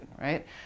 right